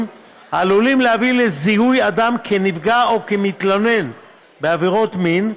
העלולים להביא לזיהוי אדם כנפגע או כמתלונן בעבירת מין,